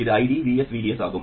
இது ID Vs VDS ஆகும்